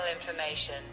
information